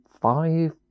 five